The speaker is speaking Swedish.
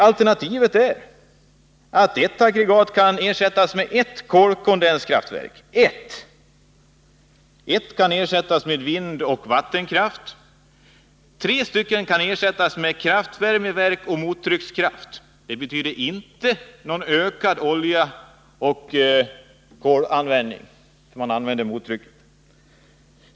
Alternativet är följande. Ett aggregat kan ersättas med ett kolkondens kraftverk. Ett kan ersättas med vindoch vattenkraft. Tre stycken kan ersättas med kraftvärmeverk och mottryckskraft. Det betyder inte någon ökad oljeoch kolanvändning om man använder mottryckskraft.